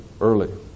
early